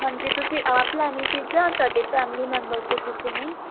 ਹਾਂਜੀ ਤੁਸੀਂ ਆਪ ਲੈਣੀ ਸੀ ਜਾਂ ਤੁਹਾਡੇ ਫੈਮਲੀ ਮੈਂਬਰ ਚੋਂ ਕਿਸੇ ਨੇ